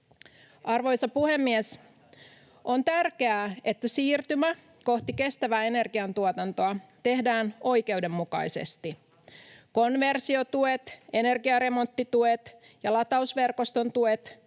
Arvoisa puhemies! On tärkeää, että siirtymä kohti kestävää energiantuotantoa tehdään oikeudenmukaisesti. Konversiotuet, energiaremonttituet ja latausverkoston tuet